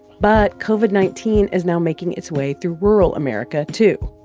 but covid nineteen is now making its way through rural america, too,